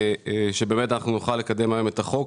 אם נקדם היום את החוק.